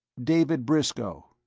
david briscoe.